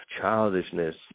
childishness